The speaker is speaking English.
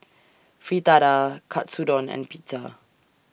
Fritada Katsudon and Pizza